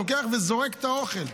לוקח וזורק את האוכל,